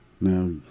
Now